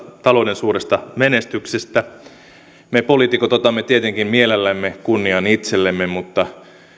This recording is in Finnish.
talouden suuresta menestyksestä me poliitikot otamme tietenkin mielellämme kunnian itsellemme mutta